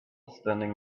standing